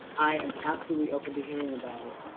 i am absolutely open to hearing about it.